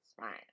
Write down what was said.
right